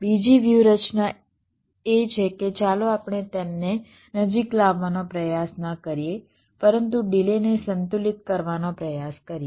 બીજી વ્યૂહરચના એ છે કે ચાલો આપણે તેમને નજીક લાવવાનો પ્રયાસ ન કરીએ પરંતુ ડિલેને સંતુલિત કરવાનો પ્રયાસ કરીએ